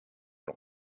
long